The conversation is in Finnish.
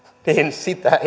sitä